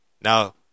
Now